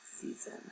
season